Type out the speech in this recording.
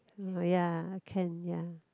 ya can ya